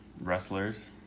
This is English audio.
wrestlers